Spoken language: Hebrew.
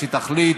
והיא שתחליט